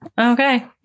Okay